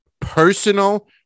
personal